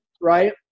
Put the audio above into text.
right